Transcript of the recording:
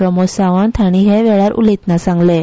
प्रमोद सावंत हांणी हे वेळार उलयताना सांगलें